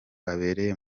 abereye